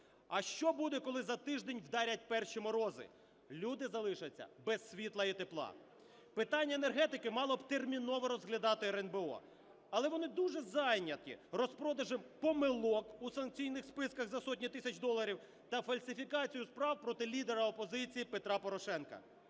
А що буде, коли за тиждень вдарять перші морози? Люди залишаться без світла і тепла. Питання енергетики мало б терміново розглядати РНБО, але вони дуже зайняті розпродажем помилок у санкційних списках за сотні тисяч доларів та фальсифікацію справ проти лідера опозиції Петра Порошенка.